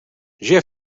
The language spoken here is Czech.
žije